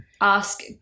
ask